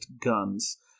guns